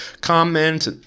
comment